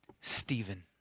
Stephen